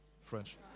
French